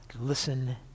listen